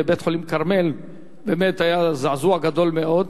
בבית-חולים "כרמל" באמת היה זעזוע גדול מאוד,